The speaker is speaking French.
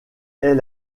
est